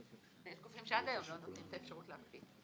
יש גופים שעד היום לא נותנים את האפשרות להקפיא.